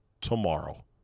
tomorrow